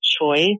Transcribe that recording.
choice